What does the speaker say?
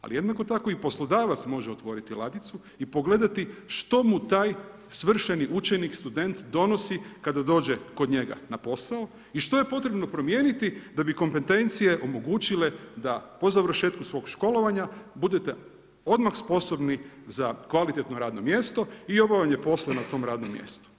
Ali jednako tako i poslodavac može otvoriti ladicu i pogledati što mu taj svršeni učenik, student donosi kada dođe kod njega na posao i što je potrebno promijeniti da bi kompetencije omogućile da po završetku svog školovanja budete odmah sposobni za kvalitetno radno mjesto i obavljanje posla na tom radnom mjestu.